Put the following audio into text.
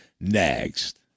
next